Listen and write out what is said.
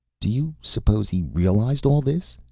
do you suppose he realized all this?